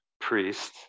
priest